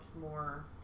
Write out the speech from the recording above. more